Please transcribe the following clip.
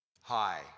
Hi